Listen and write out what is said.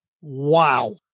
wow